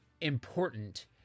important